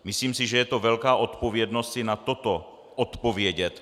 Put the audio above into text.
Myslím si, že je to velká odpovědnost i na toto odpovědět.